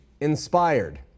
inspired